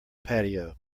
patio